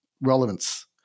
relevance